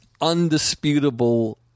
undisputable